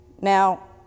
Now